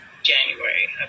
January